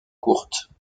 courtes